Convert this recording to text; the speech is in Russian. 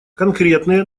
конкретные